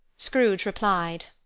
scrooge replied.